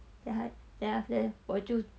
then af~ then after that 我就